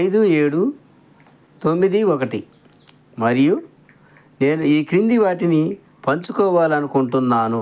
ఐదు ఏడు తొమ్మిది ఒకటి మరియు నేను ఈ క్రింది వాటిని పంచుకోవాలి అనుకుంటున్నాను